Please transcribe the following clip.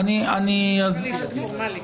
אני מחכה לאישור פורמלי.